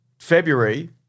February